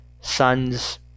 sons